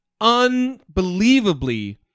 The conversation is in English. Unbelievably